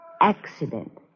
Accident